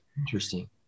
Interesting